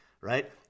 right